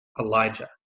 Elijah